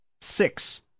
six